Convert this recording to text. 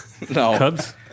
cubs